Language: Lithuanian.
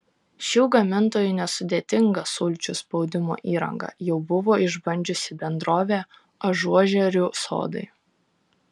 šių gamintojų nesudėtingą sulčių spaudimo įrangą jau buvo išbandžiusi bendrovė ažuožerių sodai